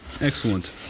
excellent